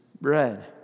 bread